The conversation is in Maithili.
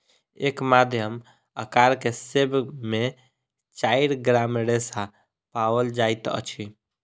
एक मध्यम अकार के सेब में चाइर ग्राम रेशा पाओल जाइत अछि